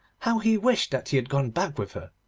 how he wished that he had gone back with her!